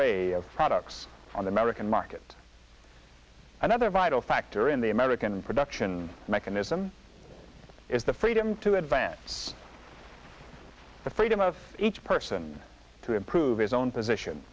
of products on the american market another vital factor in the american production mechanism is the freedom to advance the freedom of each person to improve his own p